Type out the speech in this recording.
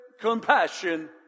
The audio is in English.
compassion